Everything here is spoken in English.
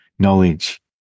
Knowledge